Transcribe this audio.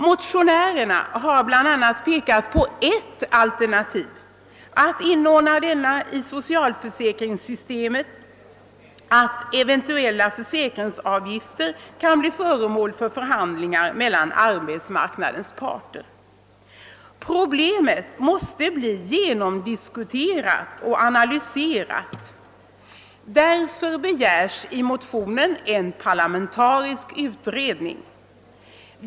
Motionärerna har bl.a. pekat på ett alternativ — att inordna reformen i socialförsäkringssystemet, varvid eventuella försäkringsavgifter kan bli föremål för underhandlingar mellan arbetsmarknadens parter. Problemet måste bli genomdiskuterat och analyserat. Därför begärs i motionen en parlamentarisk utredning.